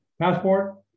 passport